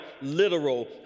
literal